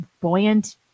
buoyant